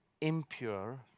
impure